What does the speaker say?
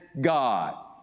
God